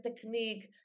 technique